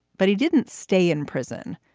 but he didn't stay in prison.